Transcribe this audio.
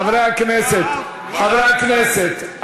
חברי הכנסת,